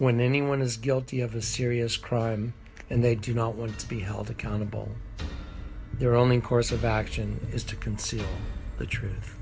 when anyone is guilty of a serious crime and they do not want to be held accountable their only course of action is to conceal the tru